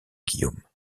guillaume